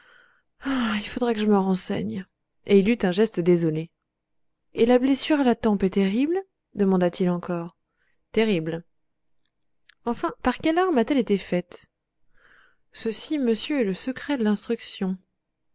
il faudra que je me renseigne et il eut un geste désolé et la blessure à la tempe est terrible demanda-t-il encore terrible enfin par quelle arme a-t-elle été faite ceci monsieur est le secret de l'instruction